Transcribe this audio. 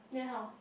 then how